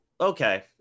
Okay